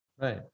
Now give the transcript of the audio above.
Right